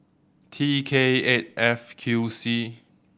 T K eight F Q C